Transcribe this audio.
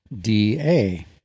DA